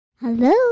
hello